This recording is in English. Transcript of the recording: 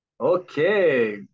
Okay